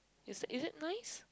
is is it nice